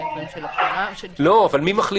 האמירה שאין זמן, לא נכונה עובדתית.